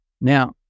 Now